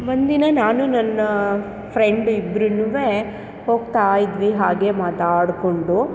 ಒಂದಿನ ನಾನು ನನ್ನ ಫ್ರೆಂಡ್ ಇಬ್ರೂನು ಹೋಗ್ತಾ ಇದ್ವಿ ಹಾಗೆ ಮಾತಾಡಿಕೊಂಡು